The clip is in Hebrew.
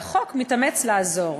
והחוק מתאמץ לעזור,